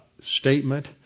statement